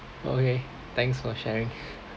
okay thanks for sharing